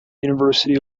university